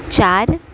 चार